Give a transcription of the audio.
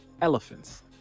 Elephants